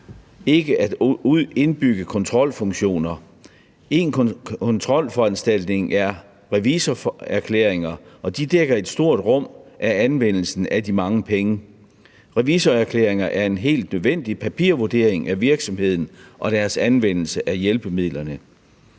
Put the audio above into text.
ikke at indbygge kontrolfunktioner. En kontrolforanstaltning er revisorerklæringer, og de dækker et stort rum for anvendelsen af de mange penge. Revisorerklæringer er en helt nødvendig papirvurdering af virksomheden og deres anvendelse af hjælpemidlerne.